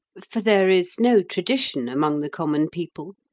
for there is no tradition among the common people,